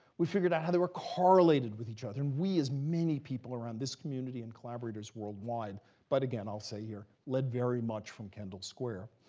we figured out how they were correlated with each other. and we is many people around this community and collaborators worldwide but again, i'll say here, led very much from kendall square.